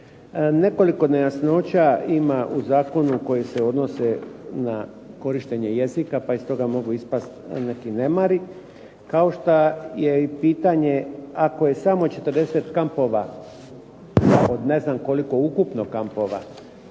Nekoliko nejasnoća ima u zakonu koje se odnose na korištenje jezika, pa iz toga mogu ispasti neki nemari kao što je i pitanje ako je samo 40 kampova od ne znam koliko ukupno kampova